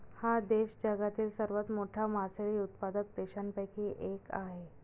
हा देश जगातील सर्वात मोठा मासळी उत्पादक देशांपैकी एक आहे